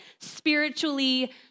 spiritually